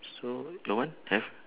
so your one have